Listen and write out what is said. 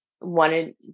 wanted